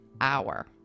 hour